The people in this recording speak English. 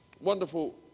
wonderful